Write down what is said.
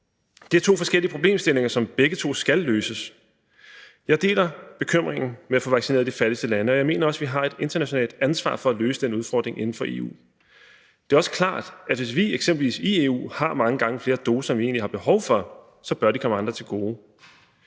Det er to forskellige problemstillinger, som begge to skal løses. Jeg deler bekymringen med at få vaccineret i de fattigste lande, og jeg mener også, vi har et internationalt ansvar for at løse den udfordring inden for EU. Det er også klart, at hvis vi eksempelvis i EU har mange gange flere doser, end vi egentlig har behov for, så bør de komme andre til gode.